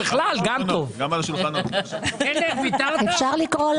אתה אומר לא צריך לקפוץ למסקנות.